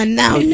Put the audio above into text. now